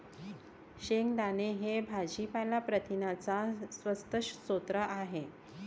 शेंगदाणे हे भाजीपाला प्रथिनांचा स्वस्त स्रोत आहे